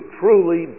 truly